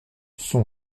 son